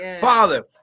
Father